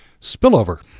Spillover